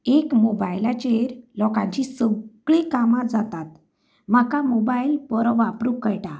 एक मोबायलाचेर लोकांचीं सगळीं कामां जातात म्हाका मोबायल बरो वापरूंक कळटा